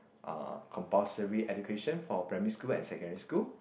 uh compulsory education for primary school and secondary school